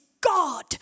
God